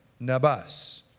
Nabas